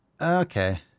Okay